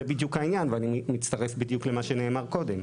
זה בדיוק העניין ואני מצטרף למה שנאמר קודם.